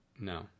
No